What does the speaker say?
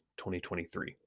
2023